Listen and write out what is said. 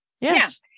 yes